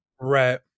Right